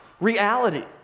reality